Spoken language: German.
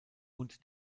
und